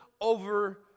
over